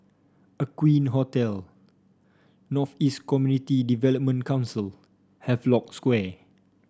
Aqueen Hotel North East Community Development Council Havelock Square